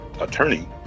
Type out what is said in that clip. attorney